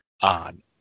on